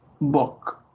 book